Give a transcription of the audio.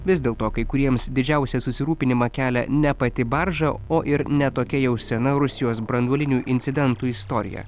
vis dėlto kai kuriems didžiausią susirūpinimą kelia ne pati barža o ir ne tokia jau sena rusijos branduolinių incidentų istorija